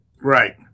Right